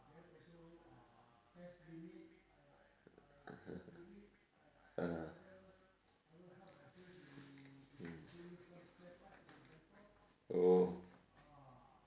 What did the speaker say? ah mm oh